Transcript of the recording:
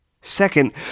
Second